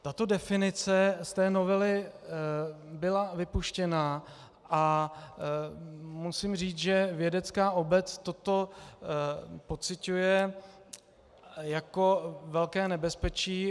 Tato definice z té novely byla vypuštěna a musím říct, že vědecká obec toto pociťuje jako velké nebezpečí.